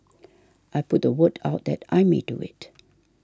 I put the word out that I may do it